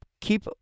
Keep